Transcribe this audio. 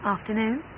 Afternoon